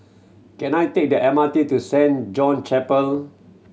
can I take the M R T to Saint John' Chapel